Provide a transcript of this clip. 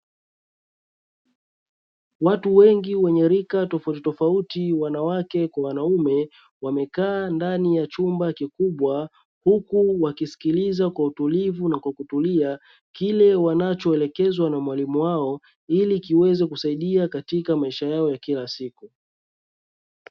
Watu wengi wenye rika tofautitofauti wanawake kwa wanaume, wamekaa ndani ya chumba kikubwa huku wakisikiliza kwa utulivu na kwa kutulia, kile wanachoelekezwa na mwalimu wao ili kiweze kuwasaidia katika maisha yao ya kila siku.